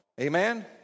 Amen